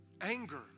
anger